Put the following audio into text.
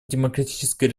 демократическая